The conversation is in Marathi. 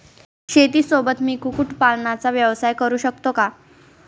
शेतीसोबत मी कुक्कुटपालनाचा व्यवसाय करु शकतो का?